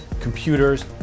computers